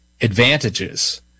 advantages